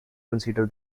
consider